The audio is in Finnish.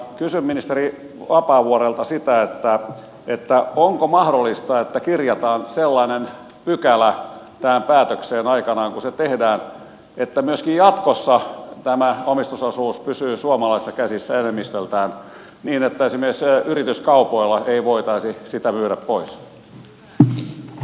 kysyn ministeri vapaavuorelta sitä onko mahdollista että kirjataan sellainen pykälä tähän päätökseen aikanaan kun se tehdään että myöskin jatkossa tämä omistusosuus pysyy suomalaisissa käsissä enemmistöltään niin että esimerkiksi yrityskaupoilla ei voitaisi sitä myydä pois